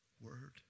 word